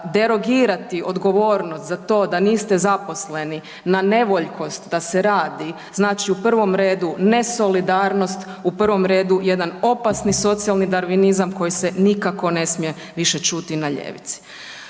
derogirati odgovornost za to da niste zaposleni na nevoljkost da se radi, znači u prvom redu, nesolidarnost, u prvom redu jedan opasni socijalni darvinizam koji se nikako ne smije više čuti na ljevici.